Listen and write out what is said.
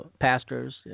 pastors